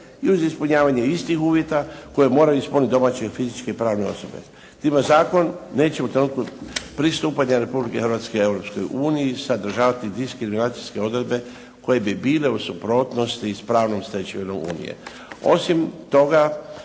i uz ispunjavanje istih uvjeta koje moraju ispuniti domaće i fizičke pravne osobe. Time zakon neće u trenutku pristupanja Republike Hrvatske Europskoj uniji sadržavati diskriminacijske odredbe koje bi bile u suprotnosti sa pravnom stečevinom Unije. Osim toga,